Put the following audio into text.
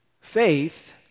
Faith